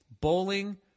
bowling